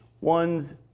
one's